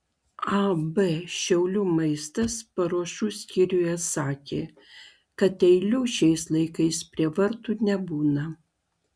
ab šiaulių maistas paruošų skyriuje sakė kad eilių šiais laikais prie vartų nebūna